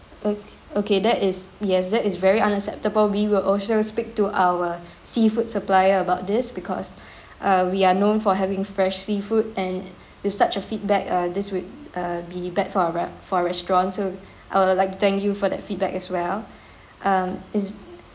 o~ okay that is yes that is very unacceptable we will also speak to our seafood supplier about this because uh we are known for having fresh seafood and with such a feedback uh this would uh be bad for our re~ for our restaurants so I would like to thank you for that feedback as well um is